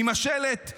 עם השלט,